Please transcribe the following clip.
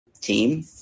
team